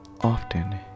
Often